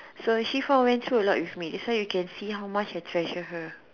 so shuffle went through a lot with me that's why you can see how much I treasure her